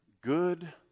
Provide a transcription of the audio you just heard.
good